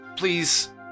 Please